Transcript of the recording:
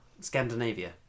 Scandinavia